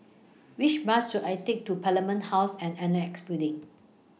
Which Bus should I Take to Parliament House and Annexe Building